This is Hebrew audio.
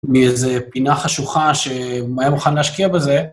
מאיזו פינה חשוכה ש... היה מוכן להשקיע בזה.